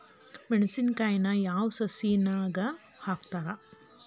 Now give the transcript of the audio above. ಮೆಣಸಿನಕಾಯಿನ ಯಾವ ಸೇಸನ್ ನಾಗ್ ಹಾಕ್ತಾರ?